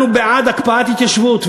אנחנו בעד הקפאת התיישבות,